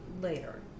later